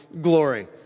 glory